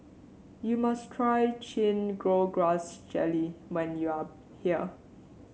you must try Chin Chow Grass Jelly when you are here